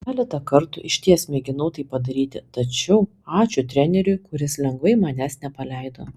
keletą kartų išties mėginau tai padaryti tačiau ačiū treneriui kuris lengvai manęs nepaleido